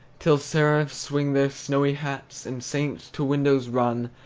till seraphs swing their snowy hats, and saints to windows run,